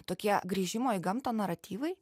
tokie grįžimo į gamtą naratyvai